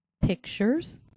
pictures